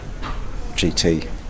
GT